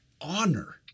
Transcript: honor